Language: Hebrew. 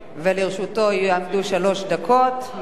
מייד לאחר מכן תוכל חברת הכנסת המציעה,